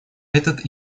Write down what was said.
этот